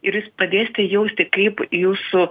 ir jūs pradėsite jausti kaip jūsų